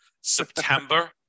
September